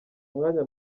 umwanya